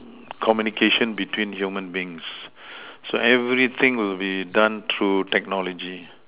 communication between human beings so anybody thing will be done through technology